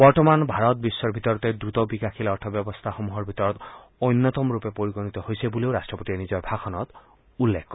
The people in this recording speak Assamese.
বৰ্তমান ভাৰত বিশ্বৰ ভিতৰতে দ্ৰতবিকাশীল অৰ্থব্যৱস্থাসমূহৰ ভিতৰত অন্যতম ৰূপে পৰিগণিত হৈছে বুলিও ৰট্টপতিয়ে নিজৰ ভাষণত উল্লেখ কৰে